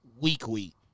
weekly